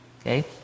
Okay